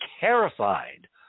terrified